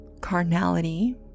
carnality